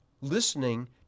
listening